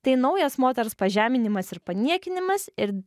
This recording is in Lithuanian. tai naujas moters pažeminimas ir paniekinimas ir